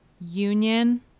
Union